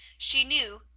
she knew,